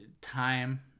time